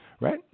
right